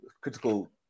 critical